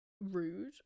rude